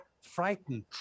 frightened